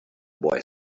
boy